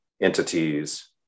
entities